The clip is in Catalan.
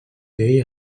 ell